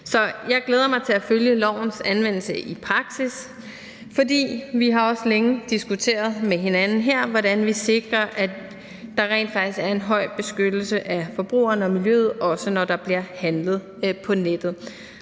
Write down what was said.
jeg glæder mig til at følge lovens anvendelse i praksis, for vi har også længe diskuteret med hinanden her, hvordan vi sikrer, at der rent faktisk er en høj beskyttelse af forbrugerne og miljøet, også når der bliver handlet på nettet.